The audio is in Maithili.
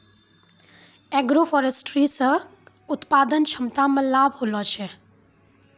एग्रोफोरेस्ट्री से उत्पादन क्षमता मे लाभ होलो छै